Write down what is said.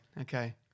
okay